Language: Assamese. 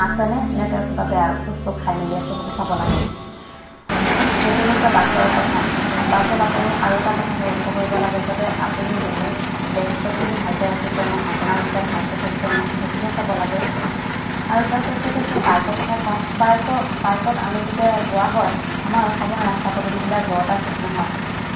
আছেনে নে তেওঁ কিবা বেয়া বস্তু খাই মেলি আছে সেইটো চাব লাগে সেইটো হৈছে বাছৰ কথা বাছত আপুনি আৰু এটা কথা লক্ষ্য কৰিব লাগে যাতে আপুনি বহু বেগ চেকখিনি ভালকে ৰাখিছে নাই আপোনাৰ ওচৰত ভালকৈ থৈছে নাই সেইখিনিও চাব লাগে আৰু তাৰপিছত হৈছে বাইকৰ কথা কওঁ বাইকৰ বাইকত আমি যেতিয়া যোৱা হয় আমাৰ অসমৰ ৰাস্তা পদূলিবিলাক বৰ এটা ঠিক নহয়